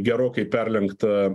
gerokai perlenkta